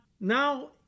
now